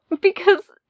because-